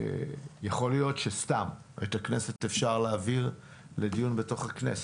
יכול להיות שאת הכנסת אפשר להעביר לדיון בתוך הכנסת,